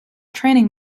training